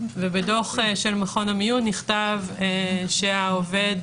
ובדוח של מכון המיון נכתב שהעובד,